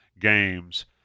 games